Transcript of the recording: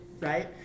right